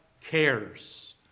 cares